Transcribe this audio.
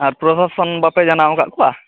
ᱟᱨ ᱯᱚᱨᱥᱟᱥᱚᱱ ᱵᱟᱯᱮ ᱡᱟᱱᱟᱣ ᱟᱠᱟᱫ ᱠᱚᱣᱟ